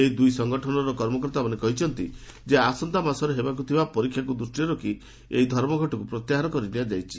ଏହି ଦୁଇ ସଂଗଠନର କର୍ମକର୍ତ୍ତାମାନେ କହିଛନ୍ତି ଯେ ଆସନ୍ତାମାସରେ ହେବାକୁ ଥିବା ପରୀକ୍ଷାକୁ ଦୃଷ୍ଟିରେ ରଖି ଏହି ଧର୍ମଘଟକୁ ପ୍ରତ୍ୟାହାର କରିନିଆଯାଇଛି